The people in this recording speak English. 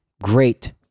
Great